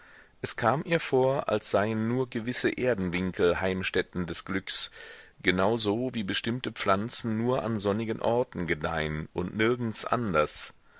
es kam ihr vor als seien nur gewisse erdenwinkel heimstätten des glücks genau so wie bestimmte pflanzen nur an sonnigen orten gedeihen und nirgends anders